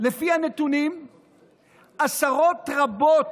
לפי הנתונים, עשרות רבות